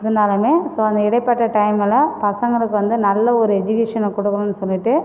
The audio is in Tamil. இருந்தாலும் ஸோ அந்த இடைப்பட்ட டையமில் பசங்களுக்கு வந்து நல்ல ஒரு எஜுகேஷனை கொடுக்கணுன்னு சொல்லிவிட்டு